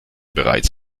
bereits